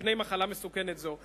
מפני מחלה מסוכנת זו.